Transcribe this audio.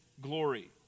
glory